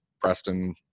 Preston